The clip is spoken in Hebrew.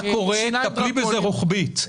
תטפלי בזה רוחבית.